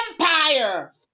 empire